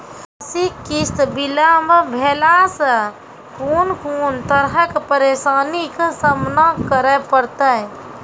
मासिक किस्त बिलम्ब भेलासॅ कून कून तरहक परेशानीक सामना करे परतै?